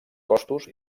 costos